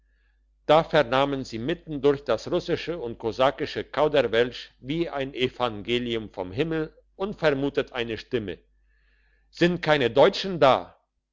da vernahmen sie mitten durch das russische und kosakische kauderwelsch wie ein evangelium vom himmel unvermutet eine stimme sind keine deutsche da